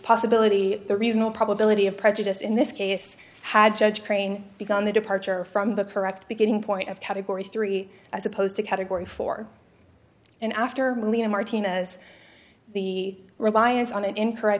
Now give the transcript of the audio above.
possibility the reasonable probability of prejudice in this case had judge crane begun the departure from the correct beginning point of category three as opposed to category four and after martinez the reliance on incorrect